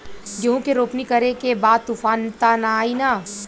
गेहूं के रोपनी करे के बा तूफान त ना आई न?